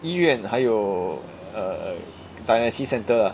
医院还有 uh dialysis centre ah